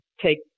take